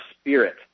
spirit